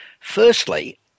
Firstly